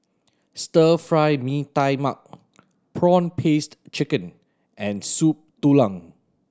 Stir Fry Mee Tai Mak prawn paste chicken and Soup Tulang